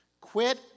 Quit